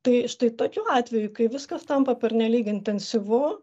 tai štai tokiu atveju kai viskas tampa pernelyg intensyvu